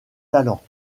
talents